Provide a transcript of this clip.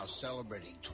celebrating